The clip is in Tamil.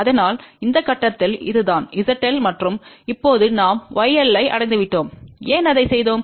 அதனால் இந்த கட்டத்தில் இதுதான் zL மற்றும் இப்போது நாம் yL ஐ அடைந்துவிட்டோம் ஏன் அதை செய்தோம்